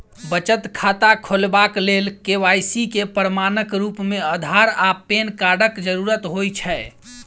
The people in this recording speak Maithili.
बचत खाता खोलेबाक लेल के.वाई.सी केँ प्रमाणक रूप मेँ अधार आ पैन कार्डक जरूरत होइ छै